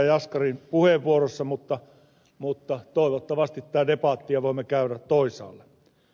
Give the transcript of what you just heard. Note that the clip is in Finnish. jaskarin puheenvuorossa mutta toivottavasti tätä debattia voimme käydä toisaalla